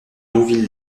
donville